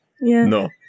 No